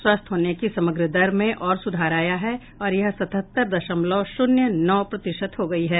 स्वस्थ होने की समग्र दर में और सुधार आया है और यह सतहत्तर दशमलव शून्य नौ प्रतिशत हो गई है